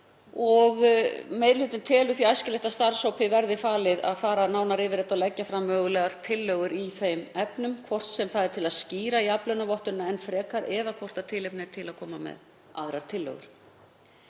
og meiri hlutinn telur því æskilegt að starfshópi verði falið að fara nánar yfir það og leggja fram mögulegar tillögur í þeim efnum, hvort sem það er til að skýra jafnlaunavottunina enn frekar eða hvort tilefni er til að koma með aðrar tillögur.